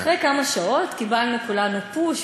אחרי כמה שעות קיבלנו כולנו "פוש",